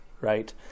right